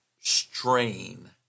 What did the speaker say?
strain